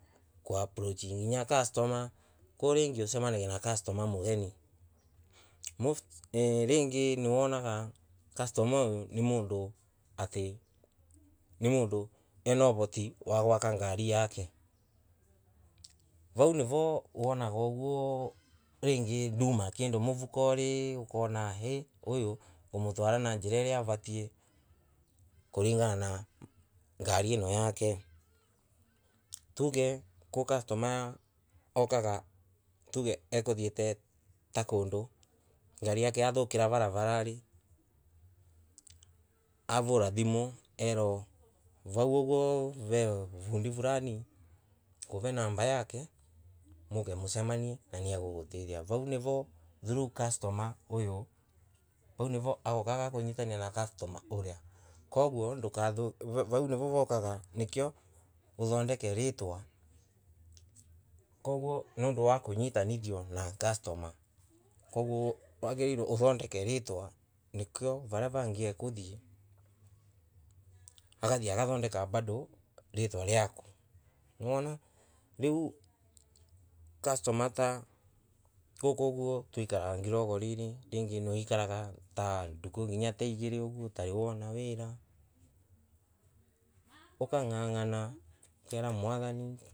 Kuapproach nginya customer. kuu ningi ucemanagia na customer mutheri. Ringi mwanaga cunstomer uyu ni mundu ati ena uvoti wa gwaka ngari yake. Vau nivo wonaga uguo ringi numa kindu muvukori okana hii uyu ukumatwara na njira ina avatie kulingana na ngari ino yake. Tuge kwi customer aukaga akuthiete ta kundu. ngarim yake yathukira varavarani. Avurathimu erwa vau ugwo ve fundi fulani. nguve number yake muko. mucemanie niguo agutethie. Vau nivo customer uyu vau nivo aukaga kunyitana na customer uria. Koguo ndukathuvau nivo vaukaga nikio uthondeke ntwa nigwo ukunyitanithua na customer. koguo wagitirwe uthondeke ritwa nikio varia vangiraikuthie akathoie akathondeka bado ritwa naku. Nwona. Riu customer ta guku uguo twikaraga ngirororini. Ringi niwikaraga ta thiku ta igiiri uguo utaimwonu wira. Ukang’ang’ana ukera Mwathani.